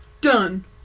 Done